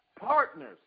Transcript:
partners